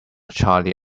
charlie